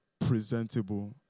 presentable